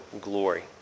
glory